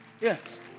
yes